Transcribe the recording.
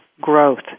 growth